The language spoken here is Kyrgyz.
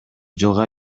жылга